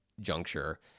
juncture